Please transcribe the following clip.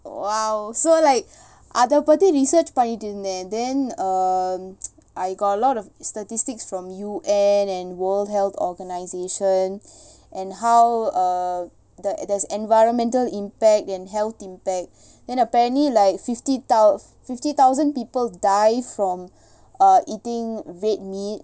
!wow! so like அத பத்தி:atha paththi research பண்ணிட்டு இருந்தேன்:pannittu irunthaen then err I got a lot of statistics from U_N and world health organisation and how uh the there's environmental impact and health impact then apparently like fifty thou~ fifty thousand people die from err eating red meat